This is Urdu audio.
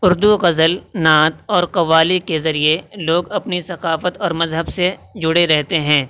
اردو غزل نعت اور قوالی کے ذریعے لوگ اپنی ثقافت اور مذہب سے جڑے رہتے ہیں